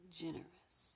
generous